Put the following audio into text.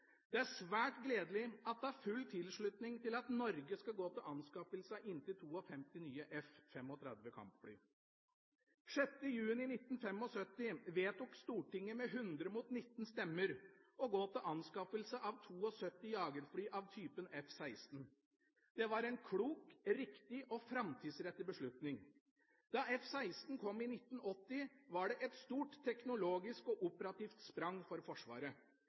Det er svært gledelig at det er full tilslutning til at Norge skal gå til anskaffelse av inntil 52 nye F-35 kampfly. Den 6. juni 1975 vedtok Stortinget med 100 mot 19 stemmer å gå til anskaffelse av 72 jagerfly av typen F-16. Det var en klok, riktig og framtidsrettet beslutning. Da F-16 kom i 1980, var det et stort teknologisk og operativt sprang for Forsvaret.